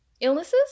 illnesses